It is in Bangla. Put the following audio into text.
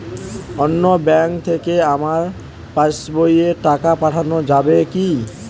অন্য ব্যাঙ্ক থেকে আমার পাশবইয়ে টাকা পাঠানো যাবে কি?